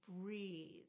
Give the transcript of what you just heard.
breathe